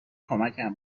کمکم